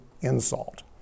insult